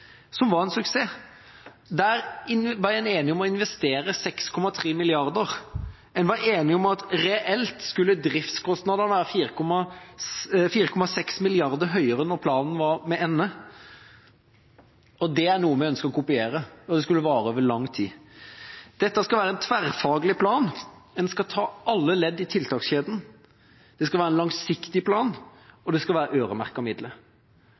som var en suksess. Der ble en enig om å investere 6,3 mrd. kr. En var enig om at reelt skulle driftskostnadene være 4,6 mrd. kr høyere når planen var til ende. Dette er noe vi ønsker å kopiere, at det skal vare over lang tid. Dette skal være en tverrfaglig plan, en skal ta i bruk alle ledd i tiltakskjeden. Det skal være en langsiktig plan, og det skal være øremerkede midler.